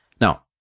Now